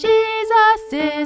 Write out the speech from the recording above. Jesus